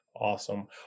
Awesome